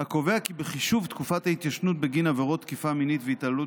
הקובע כי בחישוב תקופת ההתיישנות בגין עבירות תקיפה מינית והתעללות